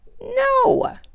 No